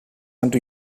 unto